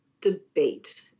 debate